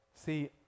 See